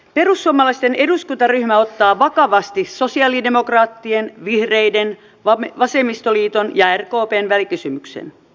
perussuomalaisten eduskuntaryhmä ottaa vakavasti sosialidemokraattien vihreiden vasemmistoliiton ja rkpn välikysymyksen